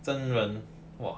真人 !wah!